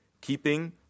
keeping